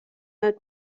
یاد